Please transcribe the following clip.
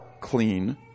clean